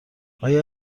آیا